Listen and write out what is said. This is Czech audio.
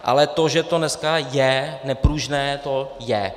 Ale to, že to dneska je nepružné, to je.